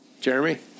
Jeremy